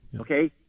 Okay